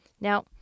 Now